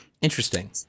Interesting